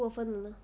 如果分了呢